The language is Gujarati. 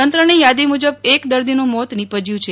તંત્રની યાદી મુજબ એક દર્દીનું મોત નીપશ્યું છે